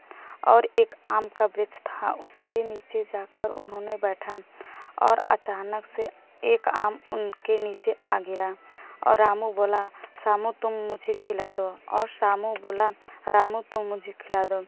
और एक आम का वृक्ष था उसके नीचे जाकर उन्होंने बैठा और अचानक से एक आम उनके नीचे आ गिरा और रामू बोला श्यामू तुम मुझे खिला दो और श्यामू बोला रामू तुम मुझे खिला दो